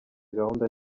gahunda